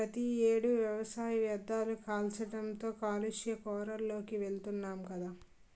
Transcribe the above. ప్రతి ఏడు వ్యవసాయ వ్యర్ధాలు కాల్చడంతో కాలుష్య కోరల్లోకి వెలుతున్నాం గదా